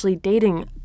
dating